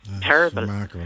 terrible